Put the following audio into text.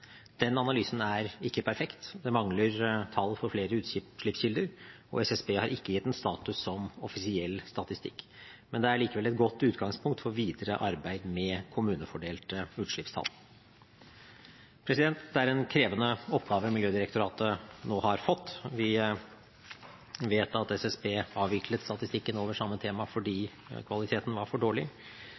Den analysen er ikke perfekt. Den mangler tall for flere utslippskilder, og SSB har ikke gitt den status som offisiell statistikk, men det er likevel et godt utgangspunkt for videre arbeid med kommunefordelte utslippstall. Det er en krevende oppgave Miljødirektoratet nå har fått. Vi vet at SSB avviklet statistikken over samme tema fordi kvaliteten var for dårlig.